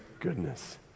goodness